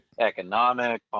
Economic